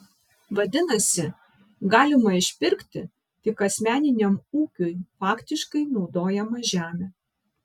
vadinasi galima išpirkti tik asmeniniam ūkiui faktiškai naudojamą žemę